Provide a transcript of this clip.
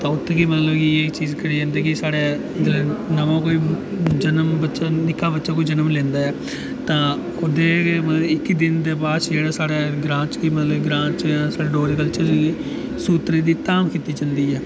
उत्थें मतलब की एह् चीज़ करी जंदी कि साढ़े नमां कोई जन्म कोई निक्का बच्चा जन्म लैंदा ऐ तां ओह्दे इक्कियें दिनें दे बाद साढ़े ग्रांऽ च मतलब की साढ़े डोगरा कल्चर च की सूतरै दी धाम कीती जंदी ऐ